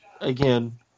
again